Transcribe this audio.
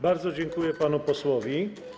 Bardzo dziękuję panu posłowi.